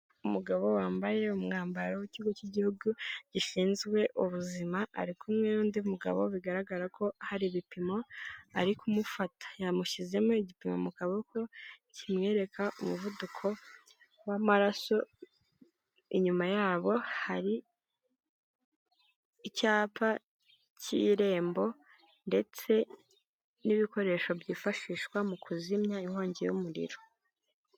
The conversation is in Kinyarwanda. Umugabo wambaye umwambaro w'ikigo cy'igihugu gishinzwe ubuzima, ari kumwe n'undi mugabo bigaragara ko hari ibipimo ari kumufata yamushyizemo igipimo mu kaboko kimwereka umuvuduko w'amaraso, inyuma yabo hari icyapa cy'irembo ndetse n'ibikoresho byifashishwa mu kuzimya inkongi y'umuriro.